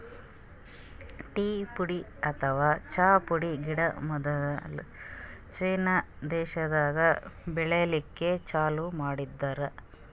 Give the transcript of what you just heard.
tea ಪುಡಿ ಅಥವಾ ಚಾ ಪುಡಿ ಗಿಡ ಮೊದ್ಲ ಚೀನಾ ದೇಶಾದಾಗ್ ಬೆಳಿಲಿಕ್ಕ್ ಚಾಲೂ ಮಾಡ್ಯಾರ್